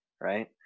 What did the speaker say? right